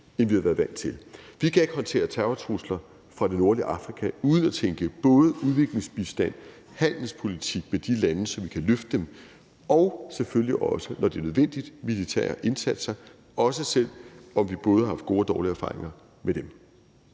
end vi har været vant til. Vi kan ikke håndtere terrortrusler fra det nordlige Afrika uden at tænke både udviklingsbistand og handelspolitik ind i forhold til de lande, så vi kan løfte dem, og selvfølgelig også, når det er nødvendigt, militære indsatser, også selv om vi både har haft gode og dårlige erfaringer med dem.